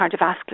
cardiovascular